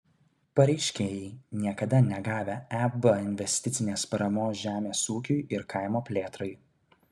pareiškėjai niekada negavę eb investicinės paramos žemės ūkiui ir kaimo plėtrai